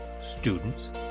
students